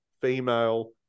female